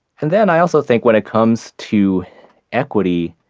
and then i also think when it comes to equity,